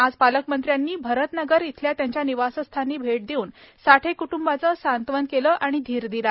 आज पालकमंत्र्यांनी भरतनगर इथल्या त्यांच्या निवासस्थानी भैट देऊन साठे क्ट्बाचं सांत्वन केलं आणि धीर दिला